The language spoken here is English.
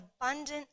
abundant